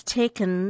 taken